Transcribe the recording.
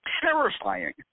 terrifying